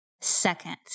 seconds